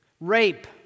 rape